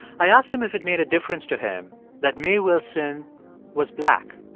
i asked him if it made a difference to him that mae wilson was black.